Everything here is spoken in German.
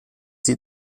sie